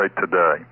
today